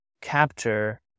capture